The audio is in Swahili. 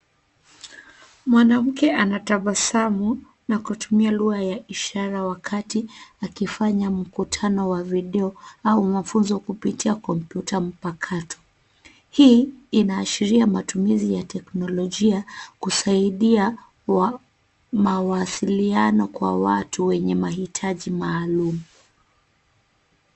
Mwanamke anatabasamu na kutumia lugha ya ishara wakati akifanya mkutano wa video au mafunzo kupitia kompyuta mpakato. Hii inaashiria matumizi ya teknolojia kusaidia mawasiliano kwa watu wenye mahitaji maalum.